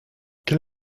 quel